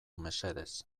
mesedez